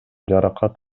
жаракат